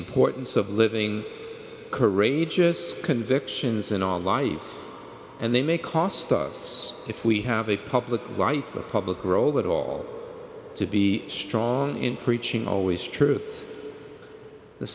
importance of living courageous convictions in all life and they may cost us if we have a public life a public role at all to be strong in preaching always tru